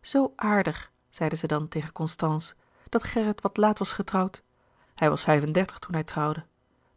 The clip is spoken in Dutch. zoo aardig zeide zij dan tegen constance dat gerrit wat laat was getrouwd hij was vijf-en-dertig toen hij trouwde